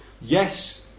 yes